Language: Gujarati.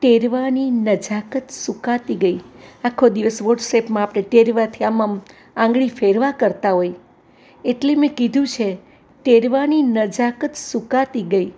ટેરવાંની નજાકત સુકાતી ગઈ આખો દિવસ વોટ્સેપમાં આપણે ટેરવાંથી આમ આમ આંગળી ફેરવા કરતાં હોય એટલે મે કીધું છે ટેરવાંની નજાકત સુકાતી ગઈ